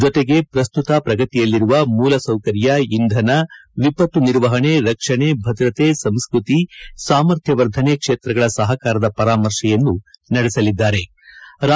ಜೊತೆಗೆ ಪ್ರಸ್ತುತ ಪ್ರಗತಿಯಲ್ಲಿರುವ ಮೂಲಸೌಕರ್ಯ ಇಂಧನ ವಿಪತ್ತು ನಿರ್ವಹಣೆ ರಕ್ಷಣೆ ಭದ್ರತೆ ಸಂಸ್ಕೃತಿ ಸಾಮರ್ಥ್ಯವರ್ಧನೆ ಕ್ಷೇತ್ರಗಳ ಸಹಕಾರದ ಪರಾಮರ್ಶೆಯನ್ನೂ ನಡೆಸಲಿದ್ಗಾರೆ